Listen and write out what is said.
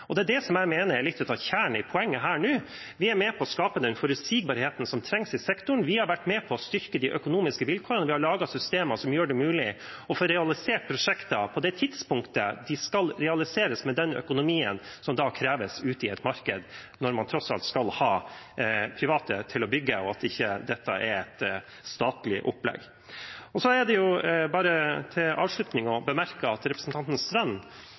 Det er det som jeg mener er litt av kjernen i poenget her nå: Vi er med på å skape den forutsigbarheten som trengs i sektoren. Vi har vært med på å styrke de økonomiske vilkårene. Vi har laget systemer som gjør det mulig å få realisert prosjekter på det tidspunktet de skal realiseres, med den økonomien som da kreves ute i et marked når man tross alt skal ha private til å bygge og dette ikke er et statlig opplegg. Så er det bare som avslutning å bemerke at representanten Strand